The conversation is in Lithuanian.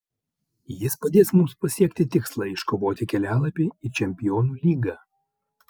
jis padės mums pasiekti tikslą iškovoti kelialapį į čempionų lygą